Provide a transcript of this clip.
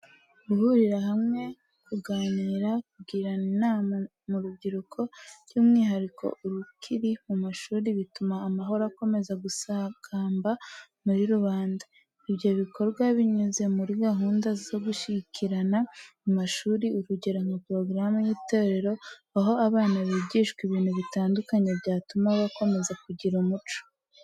Guhurira hamwe, kuganira, kugirana inama mu rubyiruko, by'umwihariko urukiri mu mashuri, bituma amahoro akomeza gusagamba muri rubanda. Ibyo bikorwa binyuze muri gahunda zo gushyikirana mu mashuri urugero nka porogaramu y'itorero, aho abana bigishwa ibintu bitandukanye byatuma bakomeza kugira umuco.